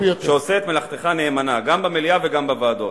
שעושה את מלאכתך נאמנה גם במליאה וגם בוועדות.